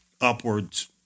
upwards